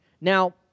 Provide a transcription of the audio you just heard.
Now